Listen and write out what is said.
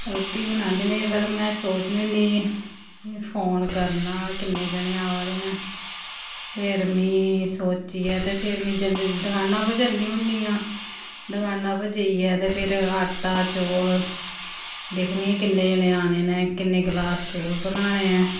रुट्टी बनानी में पैह्ले में सोचनी होन्नी फोन करना किन्ने जने आवा दे न फिर मी सोचियै ते फिर मी जन्नी दकाना पर जन्नी होन्नी आं दकानां पर जाइयै ते फिर आटा चौल दिक्खनी आं किन्ने जने आने न किन्ने गलास चौल बनाने ऐ